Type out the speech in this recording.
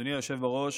אדוני היושב בראש,